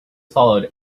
followed